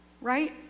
right